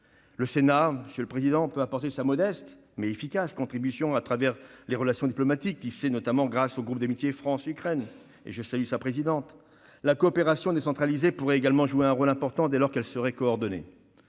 Le Sénat, monsieur le président, peut apporter sa modeste, mais efficace contribution à travers les relations diplomatiques, tissées notamment grâce au groupe d'amitié France-Ukraine, dont je salue la présidente. La coopération décentralisée pourrait également jouer un rôle important dès lors qu'elle serait coordonnée.